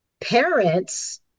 parents